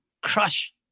crush